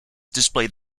displayed